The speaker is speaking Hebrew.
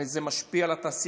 הרי זה משפיע על התעשייה,